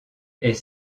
est